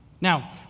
now